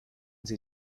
sie